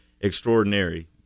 extraordinary